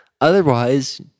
Otherwise